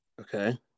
okay